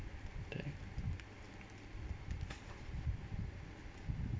thank